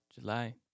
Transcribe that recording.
July